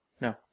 No